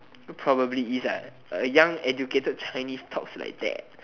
so probably is what a young educated chinese talks like that